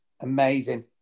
amazing